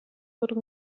would